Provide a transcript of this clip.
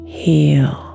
heal